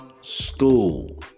school